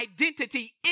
identity